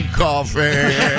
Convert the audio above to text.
coffee